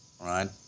right